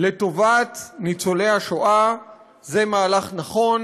לטובת ניצולי השואה זה מהלך נכון,